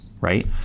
right